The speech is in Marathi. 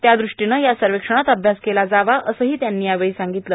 त्यादृष्टीनं या सर्वेक्षणात अभ्यास केला जावा असंही त्यांनी यावेळी सांगितलं